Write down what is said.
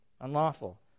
Unlawful